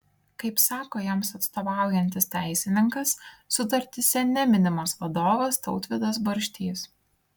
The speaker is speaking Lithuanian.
kaip sako jiems atstovaujantis teisininkas sutartyse neminimas vadovas tautvydas barštys